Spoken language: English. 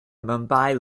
mumbai